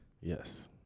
Yes